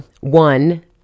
one